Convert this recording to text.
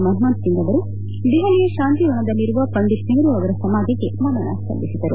ಮನಮೋಹನಸಿಂಗ್ ಅವರು ದೆಹಲಿಯ ಶಾಂತಿವನದಲ್ಲಿರುವ ಪಂಡಿತ್ ನೆಹರೂ ಅವರ ಸಮಾಧಿಗೆ ನಮನ ಸಲ್ಲಿಸಿದರು